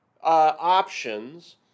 options